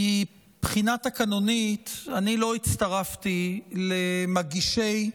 מבחינה תקנונית אני לא הצטרפתי למגישי